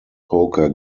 poker